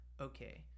okay